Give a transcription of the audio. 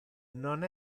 non